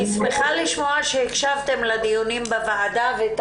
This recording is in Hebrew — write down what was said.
אני שמחה לשמוע שהקשבתם לדיונים בוועדה ועיגנתם